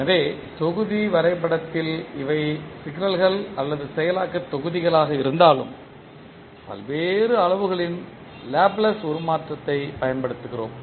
எனவே தொகுதி வரைபடத்தில் இவை சிக்னல்கள் அல்லது செயலாக்க தொகுதிகளாக இருந்தாலும் பல்வேறு அளவுகளின் லேப்ளேஸ் உருமாற்றத்தைப் பயன்படுத்துகிறோம்